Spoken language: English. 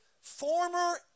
former